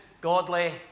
godly